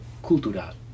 cultural